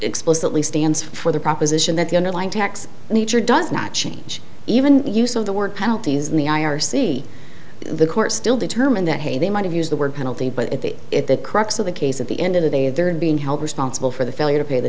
explicitly stands for the proposition that the underlying tax nature does not change even the use of the word penalties in the i r c the court still determined that hey they might have used the word penalty but at the crux of the case at the end of the day there and being held responsible for the failure to pay the